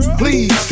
please